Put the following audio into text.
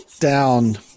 down